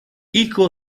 hijo